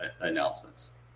announcements